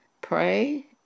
pray